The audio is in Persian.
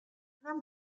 منم